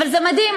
אבל זה מדהים: